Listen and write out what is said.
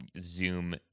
zoom